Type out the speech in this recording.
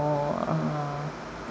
uh